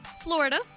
Florida